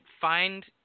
find